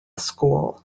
school